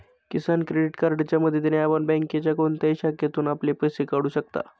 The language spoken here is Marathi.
किसान क्रेडिट कार्डच्या मदतीने आपण बँकेच्या कोणत्याही शाखेतून आपले पैसे काढू शकता